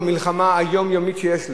במלחמה היומיומית שיש להם,